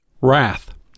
Wrath